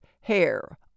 hair